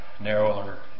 narrower